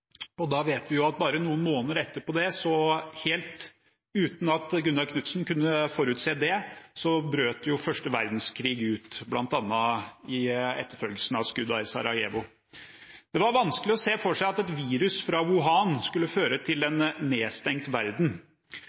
og da vet vi at bare noen måneder etter det, så – helt uten at Gunnar Knudsen kunne forutse det – brøt første verdenskrig ut bl.a. i etterfølgelsen av skuddene i Sarajevo. Det var vanskelig å se for seg at et virus fra Wuhan skulle føre til en nedstengt verden.